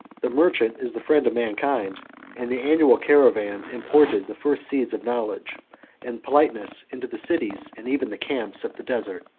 the merchant is the friend of mankind and the annual caravans imported the first seeds of knowledge and politeness into the cities, and even the camps of the desert.